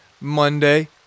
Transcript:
Monday